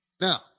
Now